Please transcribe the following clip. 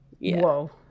Whoa